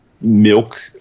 milk